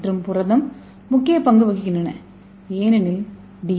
ஏ மற்றும் புரதம் முக்கிய பங்கு வகிக்கின்றன ஏனெனில் டி